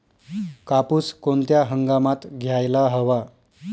कापूस कोणत्या हंगामात घ्यायला हवा?